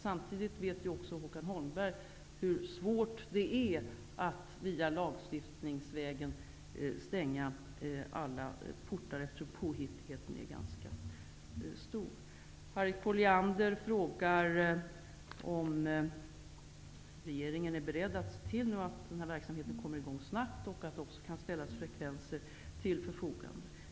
Samtidigt vet också Håkan Holmberg hur svårt det är att via lagstiftning stänga alla portar, eftersom påhittigheten är ganska stor. Harriet Colliander frågade om regeringen är beredd att se till att verksamheten kommer i gång snabbt och att frekvenser ställs till förfogande.